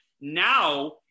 Now